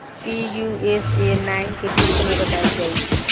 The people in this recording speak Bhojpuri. पी.यू.एस.ए नाइन के ठीक समय बताई जाई?